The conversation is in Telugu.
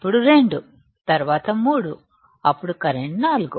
అప్పుడు 2 తరువాత 3 అప్పుడు కరెంట్ 4